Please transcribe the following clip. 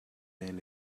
men